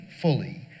fully